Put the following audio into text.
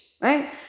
right